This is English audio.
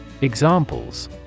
Examples